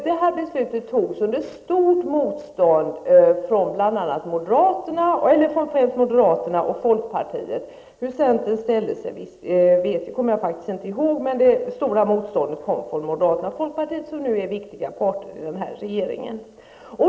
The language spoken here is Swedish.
Detta beslut fattades under stort motstånd från främst moderaterna och folkpartiet liberalerna. Hur centern ställde sig kommer jag faktiskt inte ihåg, men det stora motståndet kom alltså från moderaterna och folkpartiet liberalerna, partier som nu är viktiga parter i den nya regeringen.